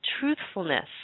truthfulness